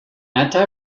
anti